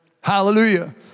Hallelujah